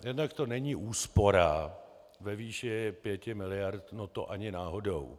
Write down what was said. Jednak to není úspora ve výši 5 mld., to ani náhodou.